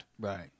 Right